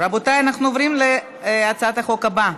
רבותיי, אנחנו עוברים להצעת החוק הבאה: